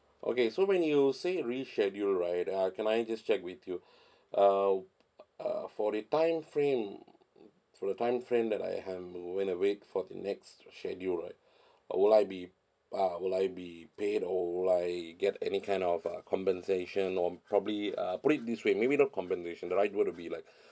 okay so when you say reschedule right uh can I just check with you uh uh for the timeframe for the timeframe that I have when I wait for the next schedule right uh will I be uh will I be paid or like get any kind of uh compensation on probably uh put it this way maybe not compensation right would have be like